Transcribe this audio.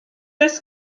oes